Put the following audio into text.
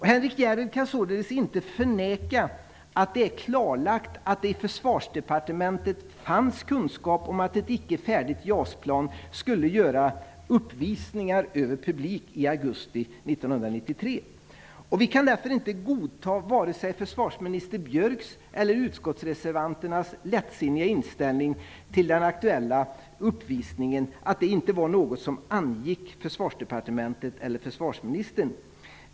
Henrik Järrel kan således inte förneka att det är klarlagt att det i Försvarsdepartementet fanns kunskap om att ett icke färdigt JAS-plan skulle göra uppvisningar över publik i augusti 1993. Vi kan därför inte godta vare sig försvarminister Björcks eller utskottsreservanternas lättsinniga inställning till den aktuella uppvisningen, dvs. att det inte var något som angick Försvarsdepartementet eller försvarsministern.